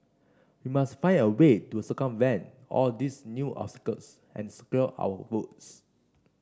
we must find a way to circumvent all these new obstacles and secure our votes